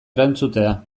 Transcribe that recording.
erantzutea